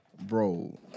Bro